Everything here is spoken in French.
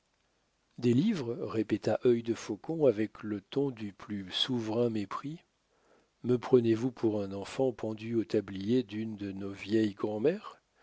des livres répéta œil de faucon avec le ton du plus souverain mépris me prenez-vous pour un enfant pendu au tablier d'une de nos vieilles grand'mères